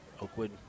Oakwood